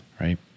Right